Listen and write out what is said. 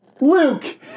Luke